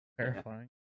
Terrifying